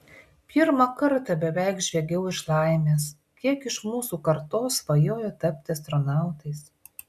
pirmą kartą beveik žviegiau iš laimės kiek iš mūsų kartos svajojo tapti astronautais